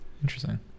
interesting